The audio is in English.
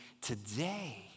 today